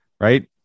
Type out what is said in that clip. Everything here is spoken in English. right